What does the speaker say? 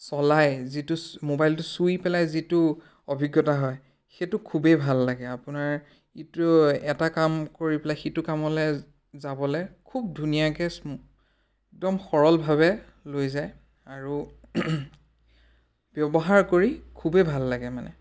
চলাই যিটো চ মোবাইলটো চুই পেলাই যিটো অভিজ্ঞতা হয় সেইটো খুবেই ভাল লাগে আপোনাৰ ইটো এটা কাম কৰি পেলাই সিটো কামলৈ যাবলৈ খুব ধুনীয়াকৈ একদম সৰলভাৱে লৈ যায় আৰু ব্যৱহাৰ কৰি খুবেই ভাল লাগে মানে